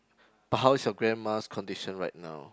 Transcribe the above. but how's your grandma's condition right now